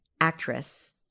actress